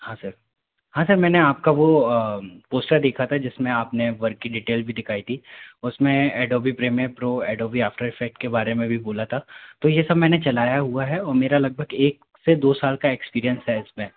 हाँ सर हाँ सर मैंने आपका वो पोस्टर देखा था जिसमें आपने वर्क की डिटेल भी दिखाई थी उसमें Adobe Premiere Pro Adobe After Effect के बारे में भी बोला था तो ये सब मैंने चलाया हुआ है और मेरा लगभग एक से दो साल का एक्सपीरियंस है इसमें